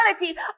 reality